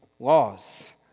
Laws